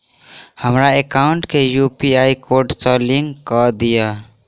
हमरा एकाउंट केँ UPI code सअ लिंक कऽ दिऽ?